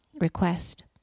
request